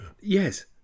Yes